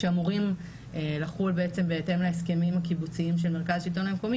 שאמורים לחול בעצם בהתאם להסכמים הקיבוציים של המרכז השלטון המקומי,